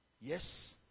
Yes